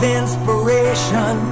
inspiration